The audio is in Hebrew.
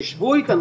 תשבו איתנו,